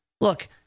Look